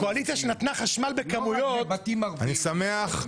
קואליציה שנתנה חשמל בכמויות --- אני שמח.